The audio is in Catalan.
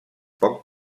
poc